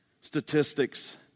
statistics